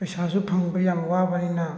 ꯄꯩꯁꯥꯁꯨ ꯐꯪꯕ ꯌꯥꯝ ꯋꯥꯕꯅꯤꯅ